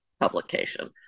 publication